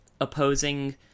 opposing